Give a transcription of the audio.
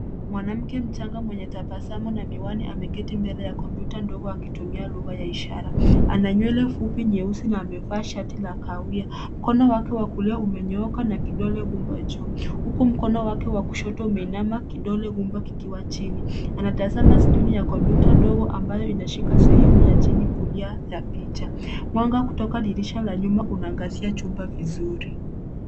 Mwanamke mchanga mwenye tabasamu na miwani ameketi mbele ya kompyuta ndogo akitumia lugha ya ishara. Ana nywele fupi nyeusi na amevaa shati la kahawia. Mkono wake wa kulia umenyooka na kidole gumba juu, huku mkono wake wa kushoto umeinama kidole gumba kikiwa chini. Anatazama skrini ya kompyuta ndogo ambayo inashika sehemu ya chini kulia ya picha. Mwanga kutoka dirisha la nyuma unaangazia chumba vizuri.